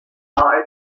are